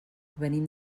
venim